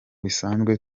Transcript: bisanzwe